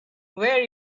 where